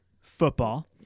Football